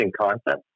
concept